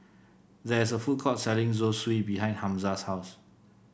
there is a food court selling Zosui behind Hamza's house